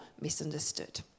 misunderstood